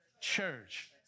church